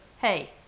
hey